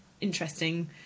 interesting